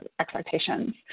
expectations